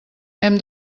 hem